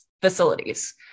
facilities